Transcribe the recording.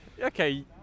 Okay